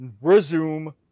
Resume